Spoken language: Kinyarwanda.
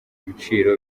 ibiciro